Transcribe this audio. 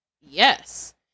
yes